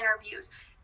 interviews